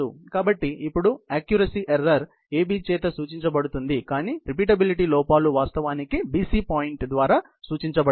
కాబట్టి ఇప్పుడు accuracy error AB చేత సూచించబడుతుంది కానీ రిపీటబిలిటీ లోపాలు వాస్తవానికి BC పాయింట్ ద్వారా సూచించబడతాయి